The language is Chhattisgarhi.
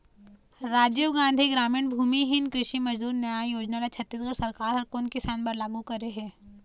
राजीव गांधी गरामीन भूमिहीन कृषि मजदूर न्याय योजना ल छत्तीसगढ़ सरकार ह कोन किसान बर लागू करे हे?